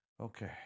Okay